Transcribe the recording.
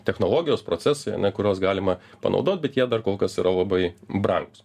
technologijos procesai kuriuos galima panaudot bet jie dar kol kas yra labai brangūs